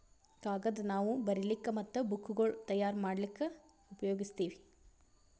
ಕಾಗದ್ ನಾವ್ ಬರಿಲಿಕ್ ಮತ್ತ್ ಬುಕ್ಗೋಳ್ ತಯಾರ್ ಮಾಡ್ಲಾಕ್ಕ್ ಉಪಯೋಗಸ್ತೀವ್